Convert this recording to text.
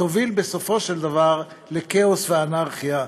יוביל בסופו של דבר לכאוס ואנרכיה,